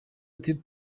ati